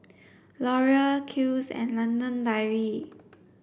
Laurier Kiehl's and London Dairy